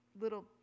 little